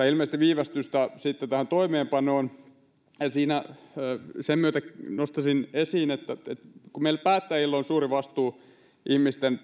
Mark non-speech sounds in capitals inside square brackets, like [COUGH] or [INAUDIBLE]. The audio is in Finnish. [UNINTELLIGIBLE] ilmeistä viivästystä tämän toimeenpanoon sen myötä nostaisin esiin että vaikka meillä päättäjillä on suuri vastuu ihmisten [UNINTELLIGIBLE]